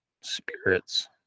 spirits